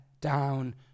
down